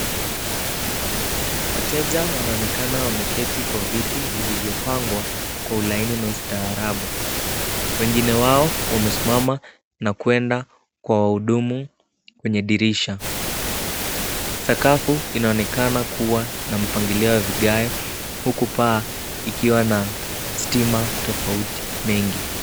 Wateja wanaonekana wameketi kwa viti vilivyopangwa kwa ulaini na ustaarabu. Wengine wao wamesimama na kwenda kwa wahudumu kwenye dirisha. Sakafu inaonekana kuwa na mpangilio wa vigae huku paa ikiwa na stima tofauti mingi.